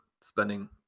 spending